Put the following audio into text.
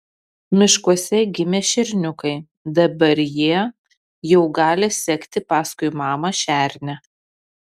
miškuose gimė šerniukai dabar jie jau gali sekti paskui mamą šernę